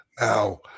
now